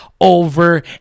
over